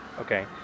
Okay